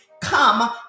come